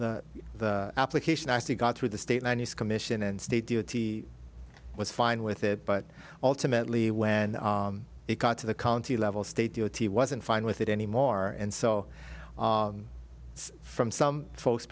t the application actually got through the state line use commission and state duty was fine with it but ultimately when it got to the county level state d o t wasn't fine with it anymore and so from some folks